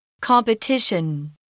Competition